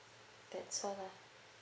that's all ah